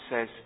says